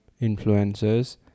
influencers